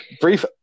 brief